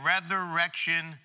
Resurrection